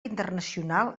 internacional